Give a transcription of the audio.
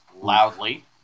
loudly